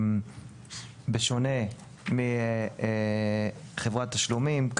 בשונה מחברת תשלומים,